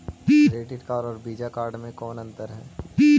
Credit card और visa card मे कौन अन्तर है?